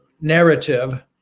narrative